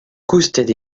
koustet